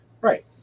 Right